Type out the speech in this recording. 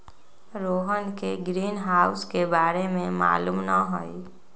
रोहन के ग्रीनहाउस के बारे में मालूम न हई